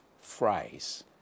phrase